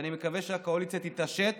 ואני מקווה שהקואליציה תתעשת